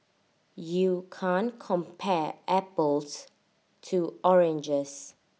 you can't compare apples to oranges